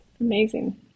amazing